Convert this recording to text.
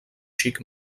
xic